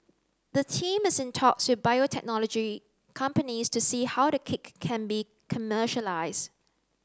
the team is in talks with biotechnology companies to see how the kit can be commercialised